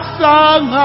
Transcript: song